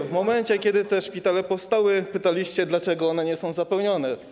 W momencie, kiedy te szpitale powstały, pytaliście, dlaczego one nie są zapełnione.